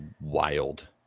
wild